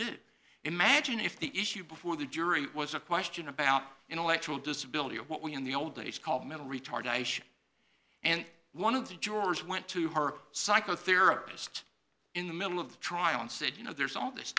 do imagine if the issue before the jury was a question about intellectual disability or what we in the old days called mental retardation and one of the jurors went to her psycho therapist in the middle of the trial and said you know there's all this